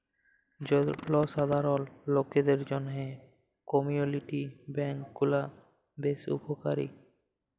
জলসাধারল লকদের জ্যনহে কমিউলিটি ব্যাংক গুলা বেশ উপকারী